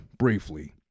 Briefly